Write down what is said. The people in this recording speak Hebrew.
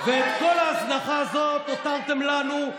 ואת כל ההזנחה הזאת הותרתם לנו,